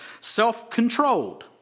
Self-controlled